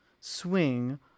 swing